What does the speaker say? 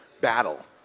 battle